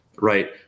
right